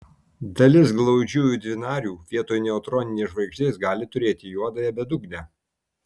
dalis glaudžiųjų dvinarių vietoj neutroninės žvaigždės gali turėti juodąją bedugnę